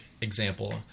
example